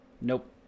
Nope